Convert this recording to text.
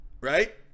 right